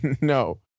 No